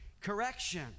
correction